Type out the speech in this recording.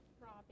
Robbie